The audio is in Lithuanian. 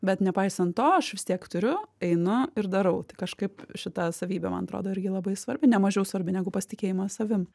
bet nepaisan to aš vis tiek turiu einu ir darau tai kažkaip šita savybė man atrodo irgi labai svarbi ne mažiau svarbi negu pasitikėjimas savim